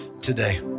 today